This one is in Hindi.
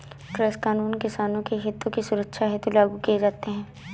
कृषि कानून किसानों के हितों की सुरक्षा हेतु लागू किए जाते हैं